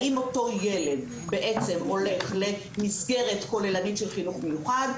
האם אותו ילד בעצם הולך למסגרת כוללנית של חינוך מיוחד,